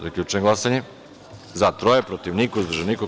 Zaključujem glasanje: za – sedam, protiv – niko, uzdržan – niko.